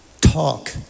talk